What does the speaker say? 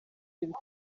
bitatu